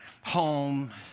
home